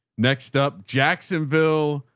next up jacksonville,